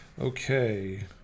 okay